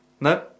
No